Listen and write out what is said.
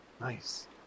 Nice